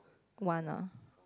one ah